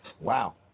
Wow